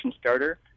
starter